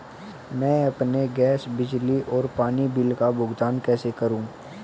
मैं अपने गैस, बिजली और पानी बिल का भुगतान कैसे करूँ?